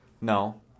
No